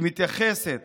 שמתייחסת